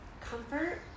comfort